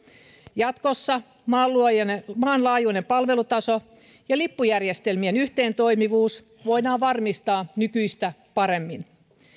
jatkossa maanlaajuinen maanlaajuinen palvelutaso ja lippujärjestelmien yhteentoimivuus voidaan varmistaa nykyistä paremmin